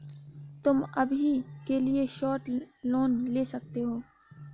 तुम अभी के लिए शॉर्ट लोन ले सकते हो